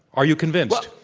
are you convinced?